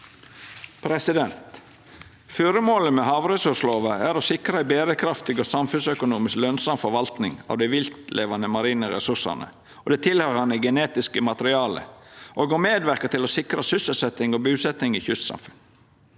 kystsamfunn. Føremålet med havressurslova er å sikra ei berekraftig og samfunnsøkonomisk lønsam forvaltning av dei viltlevande marine ressursane og det tilhøyrande genetiske materialet og å medverka til å sikra sysselsetjing og busetjing i kystsamfunn.